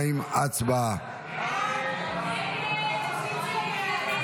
32. הסתייגות 32 לא